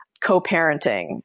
co-parenting